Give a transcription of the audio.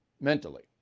mentally